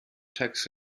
tax